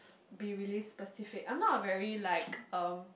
be really specific I'm not a very like um